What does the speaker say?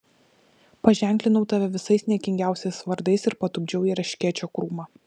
paženklinau tave visais niekingiausiais vardais ir patupdžiau į erškėčio krūmą